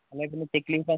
അല്ലെങ്കില് ചെക്ക് ലീഫാ